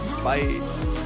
Bye